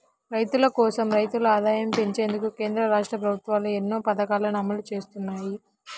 రైతుల కోసం, రైతుల ఆదాయం పెంచేందుకు కేంద్ర, రాష్ట్ర ప్రభుత్వాలు ఎన్నో పథకాలను అమలు చేస్తున్నాయి